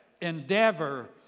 endeavor